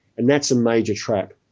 and that's a major trap.